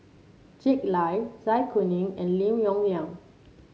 Jack Lai Zai Kuning and Lim Yong Liang